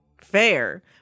fair